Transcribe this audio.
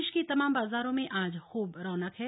प्रदेश के तमाम बाजारों में आज खूब रौनक है